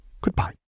Goodbye